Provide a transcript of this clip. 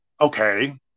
Okay